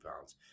pounds